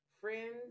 friends